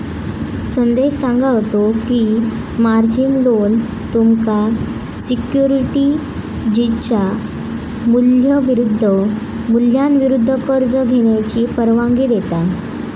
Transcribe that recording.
संदेश सांगा होतो की, मार्जिन लोन तुमका सिक्युरिटीजच्या मूल्याविरुद्ध कर्ज घेण्याची परवानगी देता